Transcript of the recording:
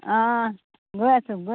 অঁ গৈ আছোঁ গৈ আছোঁ